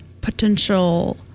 potential